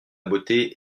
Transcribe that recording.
beauté